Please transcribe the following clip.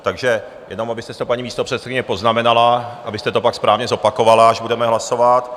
Takže jenom, abyste si to, paní místopředsedkyně, poznamenala, abyste to pak správně zopakovala, až budeme hlasovat.